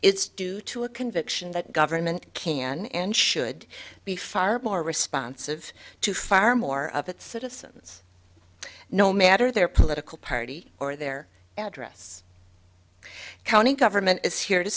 it's due to a conviction that government can and should be far more responsive to far more of its citizens no matter their political party or their address the county government is here to